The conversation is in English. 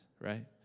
right